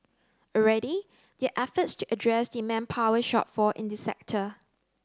already there are efforts to address the manpower shortfall in the sector